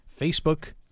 Facebook